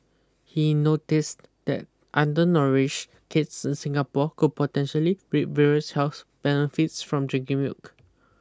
he noticed that undernourished kids in Singapore could potentially reap various health benefits from drinking milk